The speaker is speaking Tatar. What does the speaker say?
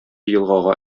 елгага